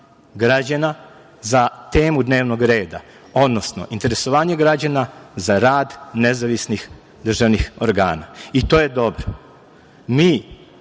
građana za temu dnevnog reda, odnosno interesovanje građana za rad nezavisnih državnih organa. I to je dobro. Mi,